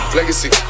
Legacy